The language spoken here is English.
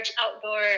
outdoor